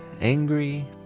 angry